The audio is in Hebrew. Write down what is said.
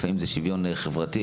לפעמים זה שוויון חברתי,